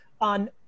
on